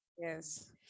Yes